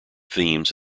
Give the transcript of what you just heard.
themes